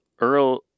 earl